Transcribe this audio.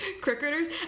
cricketers